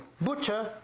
butcher